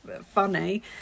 funny